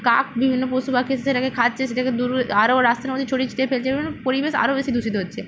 কাক বিভিন্ন পশু পাখি সেটাকে খাচ্ছে সেটাকে দূরে আরো রাস্তার মধ্যে ছড়িয়ে ছিটিয়ে ফেলছে এর ফলে পরিবেশ আরো বেশি দূষিত হচ্ছে